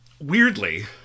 weirdly